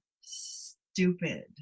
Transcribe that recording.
stupid